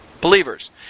Believers